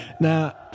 Now